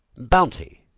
bounty,